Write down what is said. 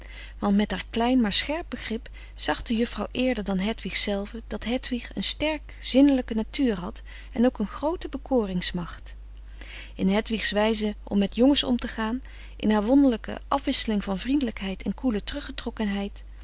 want met haar klein maar scherp begrip zag de juffrouw eerder dan hedwig zelve dat hedwig een sterk zinnelijke natuur had en ook een groote bekoringsmacht in hedwigs wijze om met jongens om te gaan in haar wonderlijke afwisseling van vriendelijkheid en